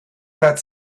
that